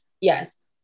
Yes